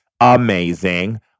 amazing